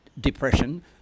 depression